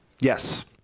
Yes